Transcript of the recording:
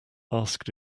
asked